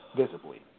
visibly